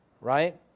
Right